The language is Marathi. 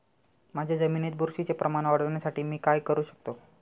माझ्या जमिनीत बुरशीचे प्रमाण वाढवण्यासाठी मी काय करू शकतो?